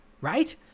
Right